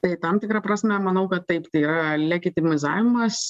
tai tam tikra prasme manau kad taip tai yra legitimizavimas